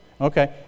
Okay